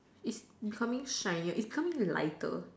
it's becoming shinier it's becoming lighter